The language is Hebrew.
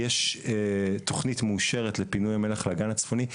יש תוכנית מאושרת לפינוי המלח לאגן הצפוני,